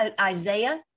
Isaiah